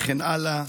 וכן הלאה